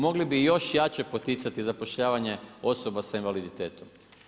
Mogli bi još jače poticati zapošljavanje osoba s invaliditetom.